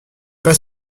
pas